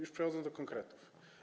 Już przechodzę do konkretów.